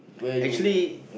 actually